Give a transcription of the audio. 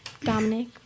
Dominic